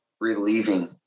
relieving